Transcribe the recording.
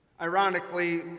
Ironically